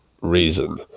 reason